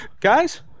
guys